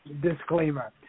disclaimer